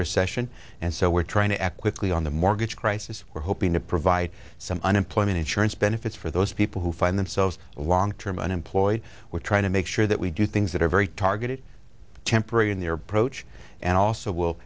recession and so we're trying to act quickly on the mortgage crisis we're hoping to provide some unemployment insurance benefits for those people who find themselves long term unemployed we're trying to make sure that we do things that are very targeted temporary in their protests and also will